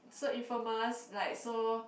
so infamous like so